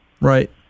Right